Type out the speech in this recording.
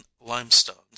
limestones